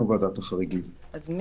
ועדת החריגים זה לא בשליטתנו.